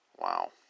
Wow